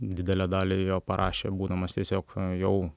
didelę dalį jo parašė būdamas tiesiog jau